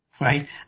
right